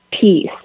peace